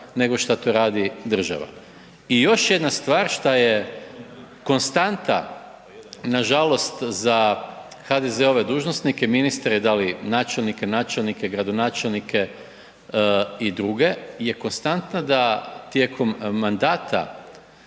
nego što to radi država. I još jedna stvar, što je konstanta, nažalost, za HDZ-ove dužnosnike, ministre, da li načelnike, načelnike, gradonačelnike i dr. je konstanta da tijekom mandata